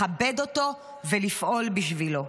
לכבד אותו ולפעול בשבילו.